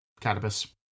cannabis